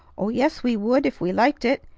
oh, yes, we would if we liked it.